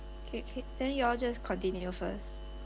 okay okay then you all just continue first